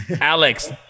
Alex